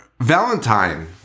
Valentine